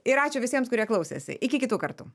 ir ačiū visiems kurie klausėsi iki kitų kartų